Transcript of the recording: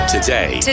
Today